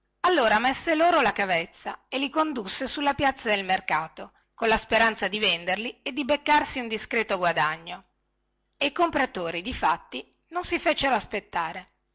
allora messe loro la cavezza e li condusse sulla piazza del mercato con la speranza di venderli e di beccarsi un discreto guadagno e i compratori difatti non si fecero aspettare